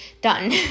done